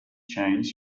chains